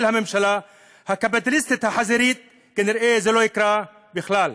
הממשלה הקפיטליסטית החזירית כנראה זה לא יקרה בכלל.